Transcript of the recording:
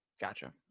gotcha